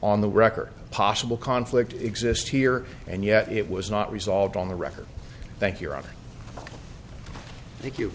on the record possible conflict exists here and yet it was not resolved on the record thank you robert thank you